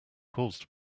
caused